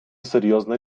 серйозна